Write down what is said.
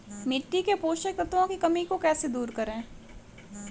मिट्टी के पोषक तत्वों की कमी को कैसे दूर करें?